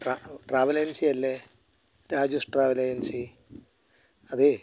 travel agency അല്ലേ Raju's travel agency അതേ